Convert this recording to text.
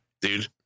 dude